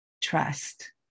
trust